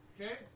Okay